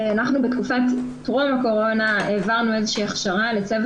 אנחנו בתקופת טרום הקורונה העברנו איזו שהיא הכשרה לצוות